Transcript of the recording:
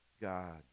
God